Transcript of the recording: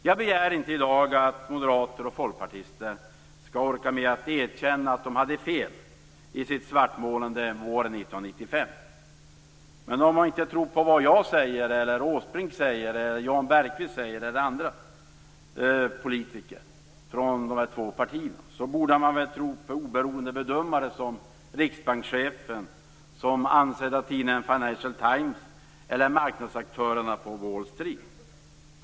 Jag begär inte i dag att moderater och folkpartister skall orka med att erkänna att de hade fel i sitt svartmålande våren 1995. Men om de inte tror på vad jag säger eller på vad Erik Åsbrink och Jan Bergqvist säger, borde de väl tro på oberoende bedömare som riksbankschefen, som den ansedda tidningen Financial Times eller som marknadsaktörer på Wall Street.